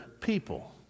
people